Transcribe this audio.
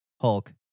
Hulk